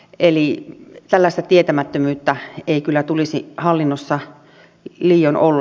eli tällaista tietämättömyyttä ei kyllä tulisi hallinnossa liioin olla